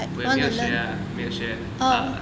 我也没有学啊没有学 ah